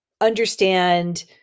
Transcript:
understand